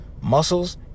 muscles